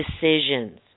decisions